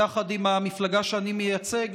יחד עם המפלגה שאני מייצג,